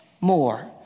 more